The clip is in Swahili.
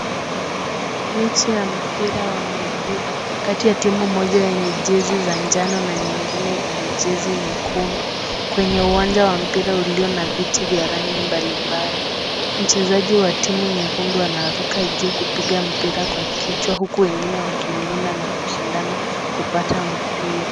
Mechi ya mpira wa miguu kati ya timu moja yenye jezi za njano na nyingine yenye jezi nyekundu kwenye uwanja wa mpira ulio na viti vya rangi mbalimbali. Mchezaji wa timu nyekundu na ruka juu kupiga mpira kwa kichwa huku wengine wakimlinda na kushindana kupata mpira.